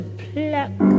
pluck